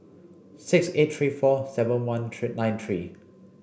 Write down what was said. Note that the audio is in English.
six eight three four seven one three nine three